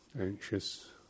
anxious